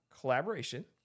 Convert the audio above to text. collaboration